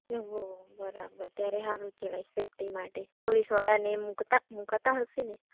એ હો બરાબર ત્યારે સારું કહેવાય સેફ્ટી માટે પોલીસવાળા અને એ મૂકતા મૂકાતા હશે ને